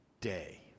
day